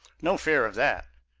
no fear of that!